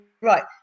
right